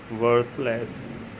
worthless